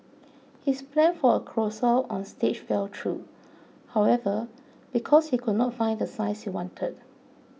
his plan for a carousel on stage fell through however because he could not find the size he wanted